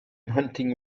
hunting